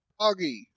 Augie